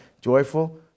joyful